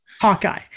Hawkeye